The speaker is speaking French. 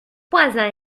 pas